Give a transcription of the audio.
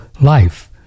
life